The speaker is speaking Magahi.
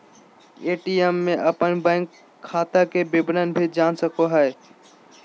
ए.टी.एम से अपन बैंक खाता के विवरण भी जान सको हिये